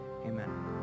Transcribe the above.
Amen